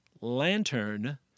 Lantern